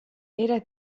era